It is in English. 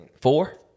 Four